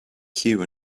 queue